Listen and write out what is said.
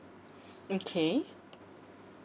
okay